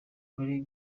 muri